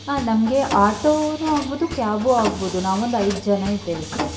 ಹಾಂ ನಮಗೆ ಆಟೋನು ಆಗ್ಬೋದು ಕ್ಯಾಬೂ ಆಗ್ಬೋದು ನಾವೊಂದು ಐದು ಜನ ಇದ್ದೇವೆ ಸರ್